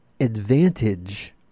advantage